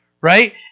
Right